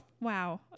Wow